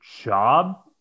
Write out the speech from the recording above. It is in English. job